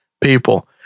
people